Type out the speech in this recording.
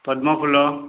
ପଦ୍ମଫୁଲ